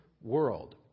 world